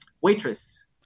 Waitress